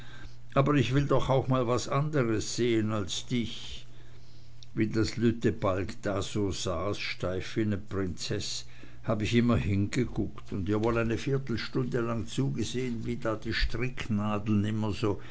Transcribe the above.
aber ich will doch auch mal was andres sehn als dich wie das lütte balg da so saß so steif wie ne prinzeß hab ich immer hingekuckt und ihr wohl ne viertelstunde zugesehn wie da die stricknadeln immer so